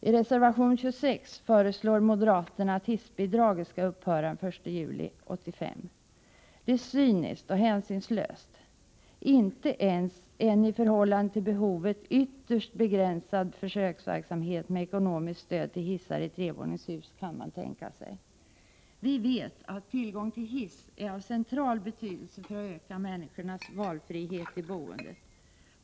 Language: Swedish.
I reservation 26 föreslår moderaterna att hissbidraget skall upphöra den 1 juli 1985. Det är cyniskt och hänsynslöst. Inte ens en — i förhållande till behovet — ytterst begränsad försöksverksamhet med ekonomiskt stöd till hissar i trevåningshus kan man tänka sig. Vi vet att tillgång till hiss är av central betydelse för att öka människors valfrihet i boendet.